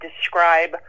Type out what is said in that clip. describe